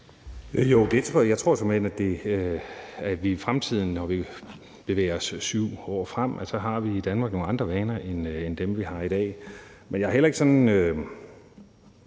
Jo, jeg tror såmænd, at vi i fremtiden, når vi bevæger os 7 år frem, har nogle andre vaner i Danmark end dem, vi har i dag. Men jeg er heller ikke sådan